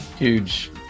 huge